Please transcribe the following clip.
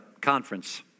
conference